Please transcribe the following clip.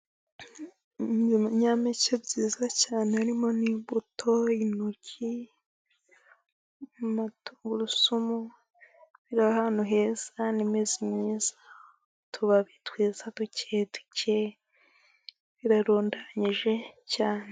Ibinyampeke byiza cyane harimo ni imbuto, intoryi na tungurusumu biri ahantu heza n'imizi myiza, utubabi twiza duke duke, birarundanyije cyane.